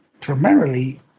primarily